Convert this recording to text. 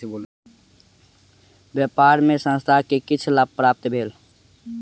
व्यापार मे संस्थान के किछ लाभ प्राप्त भेल